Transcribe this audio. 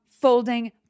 folding